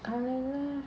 காலைல:kaalaila